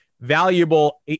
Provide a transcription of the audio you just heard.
valuable